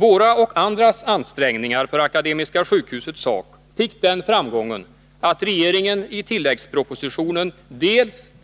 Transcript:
Våra och andras ansträngningar för Akademiska sjukhusets sak fick den framgången att regeringen i tilläggspropositionen